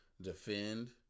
defend